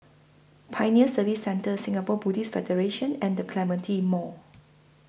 Pioneer Service Centre Singapore Buddhist Federation and The Clementi Mall